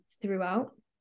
throughout